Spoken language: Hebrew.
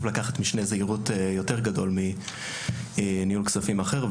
לקחת משנה זהירות יותר גדול מניהול כספים אחר,